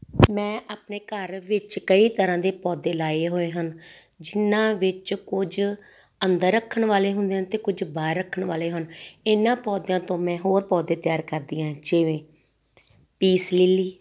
ਮੈਂ ਆਪਣੇ ਘਰ ਵਿੱਚ ਕਈ ਤਰ੍ਹਾਂ ਦੇ ਪੌਦੇ ਲਗਾਏ ਹੋਏ ਹਨ ਜਿਨ੍ਹਾਂ ਵਿੱਚ ਕੁਝ ਅੰਦਰ ਰੱਖਣ ਵਾਲੇ ਹੁੰਦੇ ਹਨ ਅਤੇ ਕੁਝ ਬਾਹਰ ਰੱਖਣ ਵਾਲੇ ਹਨ ਇਹਨਾਂ ਪੌਦਿਆਂ ਤੋਂ ਮੈਂ ਹੋਰ ਪੌਦੇ ਤਿਆਰ ਕਰਦੀ ਹਾਂ ਜਿਵੇਂ ਪੀਸ ਲੀਲੀ